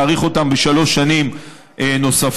להאריך אותם בשלוש שנים נוספות,